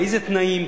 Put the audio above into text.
באילו תנאים,